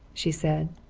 she said.